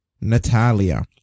Natalia